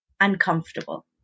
uncomfortable